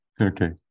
Okay